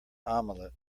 omelette